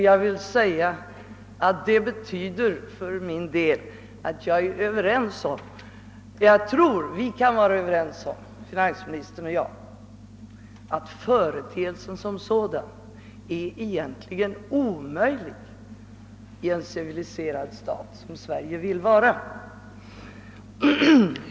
Jag tror att finansministern och jag kan vara överens om att företeelsen som sådan egentligen är omöjlig i en civiliserad stat som Sverige vill vara.